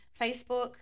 Facebook